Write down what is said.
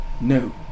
No